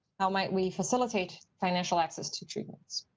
how might we facilitate financial access to treatment.